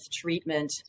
treatment